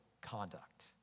conduct